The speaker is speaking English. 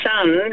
son